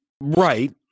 Right